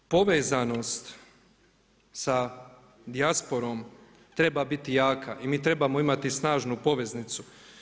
Povezanost sa dijasporom treba biti jaka i mi trebamo imati snažnu poveznicu.